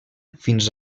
fins